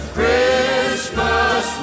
Christmas